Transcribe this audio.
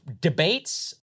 Debates